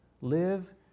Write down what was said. Live